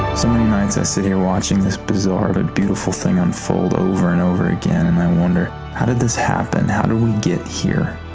so many nights i sit here watching this bizarre but beautiful thing unfold over and over again and i wonder, how did this happen? how did we get here?